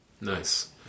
Nice